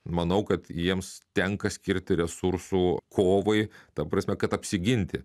manau kad jiems tenka skirti resursų kovai ta prasme kad apsiginti